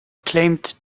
claimed